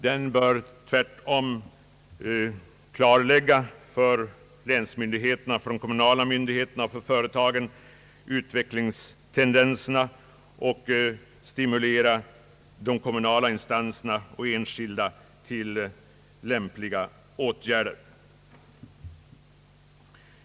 Den bör tvärtom för länsmyndigheter, kommunala myndigheter och företag kunna klarlägga utvecklingstendenserna och stimulera kommunala instanser och andra till lämpliga åtgärder.